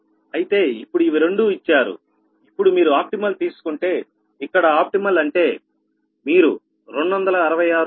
అయితే ఇప్పుడు ఇవి రెండూ ఇచ్చారు ఇప్పుడు మీరు ఆప్టిమమ్ తీసుకుంటే ఇక్కడ ఆప్టిమమ్ అంటే మీరు 266